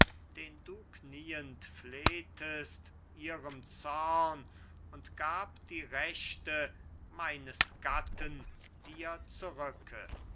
den du knieen flehtest ihrem zorn und gab die rechte meines gatten dir zurücke